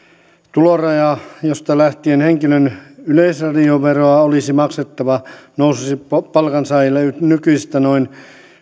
tuloraja josta lähtien henkilön olisi yleisradioveroa maksettava nousisi palkansaajilla nykyisestä noin